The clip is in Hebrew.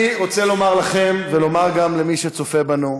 אני רוצה לומר לכם ולומר גם למי שצופה בנו,